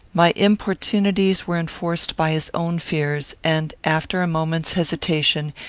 my importunities were enforced by his own fears, and, after a moment's hesitation,